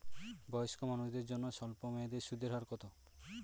বয়স্ক মানুষদের জন্য স্বল্প মেয়াদে সুদের হার কত?